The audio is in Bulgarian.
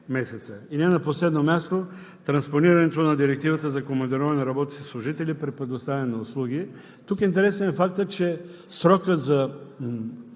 И не на последно място, транспонирането на Директивата за командироване на работници и служители при предоставени услуги. Тук интересен е фактът, че срокът за